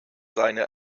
seine